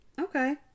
okay